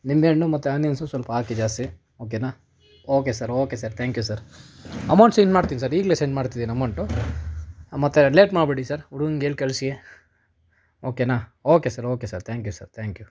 ನಿಂಬೆ ಹಣ್ಣು ಮತ್ತು ಆನಿಯನ್ಸು ಸ್ವಲ್ಪ ಹಾಕಿ ಜಾಸ್ತಿ ಓಕೆನ okay sir okay sir thank you sir amount send ಮಾಡ್ತೀನಿ ಸರ್ ಈಗಲೇ ಸೆಂಡ್ ಮಾಡ್ತಿದ್ದೀನಿ ಅಮೌಂಟು ಮತ್ತೆ ಲೇಟ್ ಮಾಡಬೇಡಿ ಸರ್ ಹುಡ್ಗಂಗೆ ಹೇಳಿ ಕಳಿಸಿ ಓಕೆನ okay sir okay sir thank you sir thank you